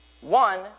One